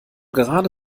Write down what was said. gerade